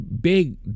big